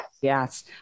Yes